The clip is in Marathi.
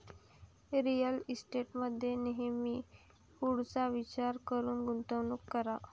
रिअल इस्टेटमध्ये नेहमी पुढचा विचार करून गुंतवणूक करा